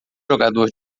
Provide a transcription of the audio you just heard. jogador